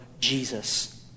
Jesus